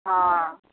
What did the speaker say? हॅं